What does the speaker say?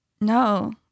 No